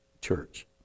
church